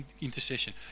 Intercession